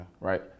right